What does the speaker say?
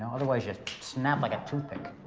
otherwise, you snap like a toothpick.